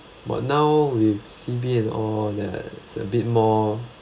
but now with C_B and all that it's a bit more